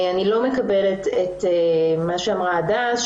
אני לא מקבלת את מה שאמרה הדס,